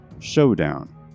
Showdown